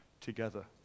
together